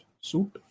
suit